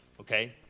okay